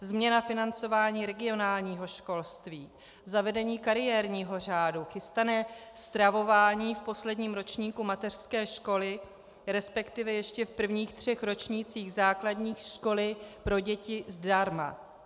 Změna financování regionálního školství, zavedení kariérního řádu, chystané stravování v posledním ročníku mateřské školy, resp. ještě v prvních třech ročnících základní školy pro děti zdarma.